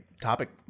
topic